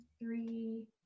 three